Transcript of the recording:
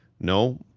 no